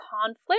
conflict